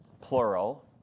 plural